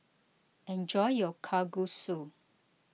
enjoy your Kalguksu